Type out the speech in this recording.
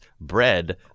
bread